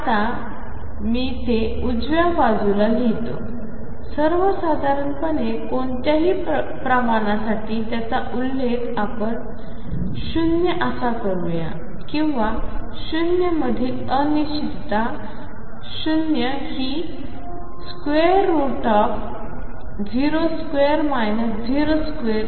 आता मी ते उजव्या बाजूला लिहितो सर्वसाधारणपणे कोणत्याही प्रमाणासाठी याचा ऊल्लेख आपण O असा करूया किंवा O मधील अनिश्चितता O हि ⟨O2⟩ ⟨O⟩2